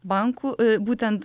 bankų būtent